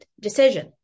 decision